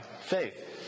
faith